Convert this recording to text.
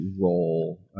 role